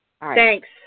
Thanks